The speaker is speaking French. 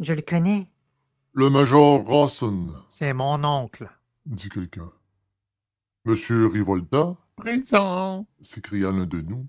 je le connais le major rawson c'est mon oncle dit quelqu'un m rivolta présent s'écria l'un de nous